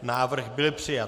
Návrh byl přijat.